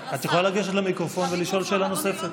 את יכולה לגשת למיקרופון ולשאול שאלה נוספת.